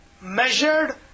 measured